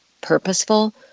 purposeful